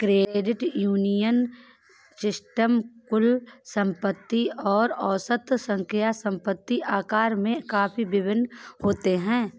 credit union system कुल संपत्ति और औसत संस्था संपत्ति आकार में काफ़ी भिन्न होते हैं